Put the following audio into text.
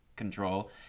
control